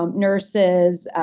um nurses,